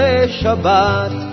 Shabbat